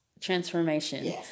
transformation